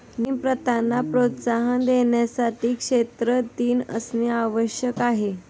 नवीन प्रथांना प्रोत्साहन देण्यासाठी क्षेत्र दिन असणे आवश्यक आहे